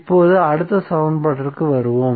இப்போது அடுத்த சமன்பாட்டிற்கு வருவோம்